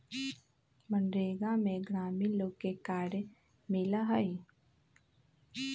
मनरेगा में ग्रामीण लोग के कार्य मिला हई